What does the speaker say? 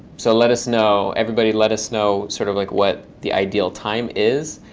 so let us know everybody, let us know sort of like what the ideal time is.